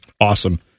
awesome